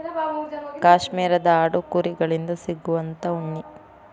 ಕಾಶ್ಮೇರದ ಆಡು ಕುರಿ ಗಳಿಂದ ಸಿಗುವಂತಾ ಉಣ್ಣಿ